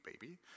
baby